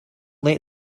let